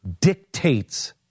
dictates